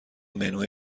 منو